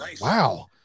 wow